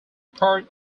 part